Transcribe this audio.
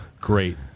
Great